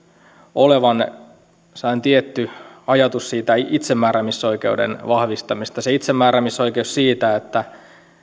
olevan sellainen tietty ajatus itsemääräämisoikeuden vahvistamisesta itsemääräämisoikeus siitä että